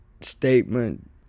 statement